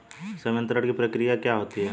संवितरण की प्रक्रिया क्या होती है?